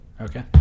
Okay